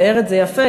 תיאר את זה יפה,